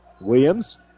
Williams